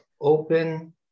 open